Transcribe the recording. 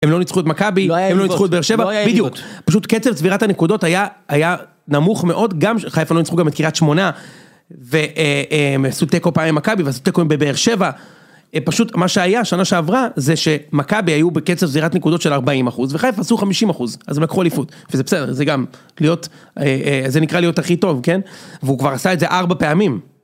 הם לא ניצחו את מכבי, הם לא ניצחו את באר שבע, בדיוק, פשוט קצב צבירת הנקודות היה נמוך מאוד, חיפה לא ניצחו גם את קריית שמונה, והם עשו תיקו פעם עם מכבי והם עשו תיקו עם באר שבע, פשוט מה שהיה, שנה שעברה, זה שמכבי היו בקצב צבירת נקודות של 40% וחיפה עשו 50%, אז הם לקחו אליפות, וזה בסדר, זה גם להיות, זה נקרא להיות הכי טוב, כן? והוא כבר עשה את זה ארבע פעמים.